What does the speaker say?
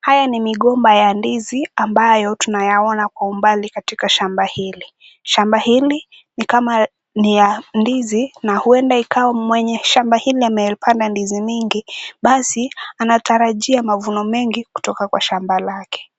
Haya ni migomba ya ndizi ambayo tunayaona kwa umbali katika shamba hili. Shamba hili ni kama ni ya ndizi na huenda ikawa mwenye shamba hili ameyapanda ndizi nyingi, basi anatarajia mavuno mengi kutoka kwa shamba lake.